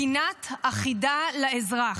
פינת החידה לאזרח.